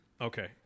Okay